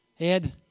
Ed